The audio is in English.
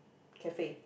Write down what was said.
cafe